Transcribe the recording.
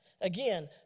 Again